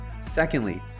Secondly